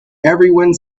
everyone